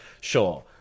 Sure